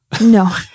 no